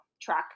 track